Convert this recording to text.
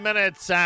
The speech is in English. Minutes